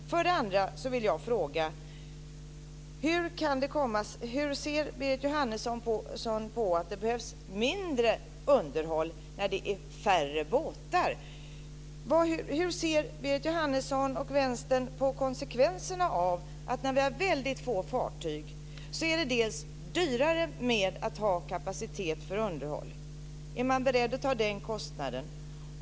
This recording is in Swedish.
För det andra vill jag fråga: Hur ser Berit Jóhannesson på att det behövs mindre underhåll när det är färre båtar? Hur ser Berit Jóhannesson och Vänstern på konsekvenserna av detta att när vi har få fartyg är det dyrare att ha kapacitet för underhåll. Är man beredd att ta den kostnaden?